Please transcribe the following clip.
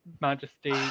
majesty